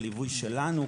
בליווי שלנו,